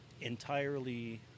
entirely